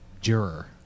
Juror